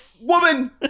Woman